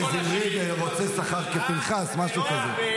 כזמרי ורוצה שכר כפנחס, משהו כזה.